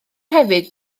hefyd